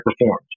performed